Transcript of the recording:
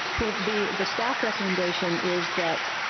well, the the staff recommendation is that,